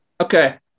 Okay